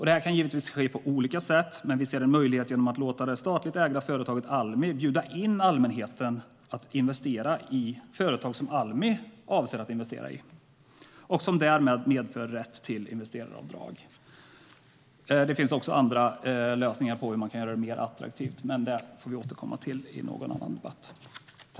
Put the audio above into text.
Det kan givetvis ske på olika sätt, men vi ser en möjlighet genom att låta det statligt ägda företaget Almi bjuda in allmänheten att investera i företag som Almi avser att investera i och som därmed medför rätt till investeraravdrag. Det finns också andra lösningar för hur man kan göra det mer attraktivt, men det får vi återkomma till i någon annan debatt.